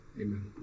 amen